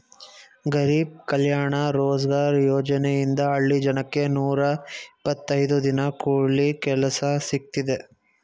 ಗರಿಬ್ ಕಲ್ಯಾಣ ರೋಜ್ಗಾರ್ ಯೋಜನೆಯಿಂದ ಹಳ್ಳಿ ಜನಕ್ಕೆ ನೂರ ಇಪ್ಪತ್ತೈದು ದಿನ ಕೂಲಿ ಕೆಲ್ಸ ಸಿಕ್ತಿದೆ